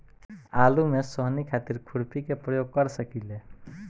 आलू में सोहनी खातिर खुरपी के प्रयोग कर सकीले?